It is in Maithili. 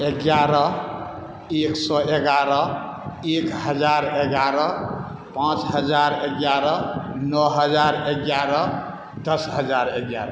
एगारह एक सए एगारह एक हजार एगारह पाँच हजार एगारह नओ हजार एगारह दस हजार एगारह